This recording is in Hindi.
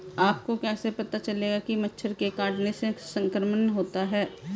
आपको कैसे पता चलेगा कि मच्छर के काटने से संक्रमण होता है?